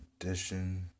edition